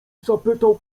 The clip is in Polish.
zapytał